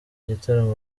gitaramo